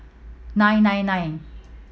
nine nine nine